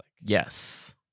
Yes